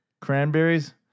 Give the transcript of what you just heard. Cranberries